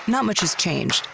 not much has changed,